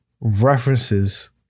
references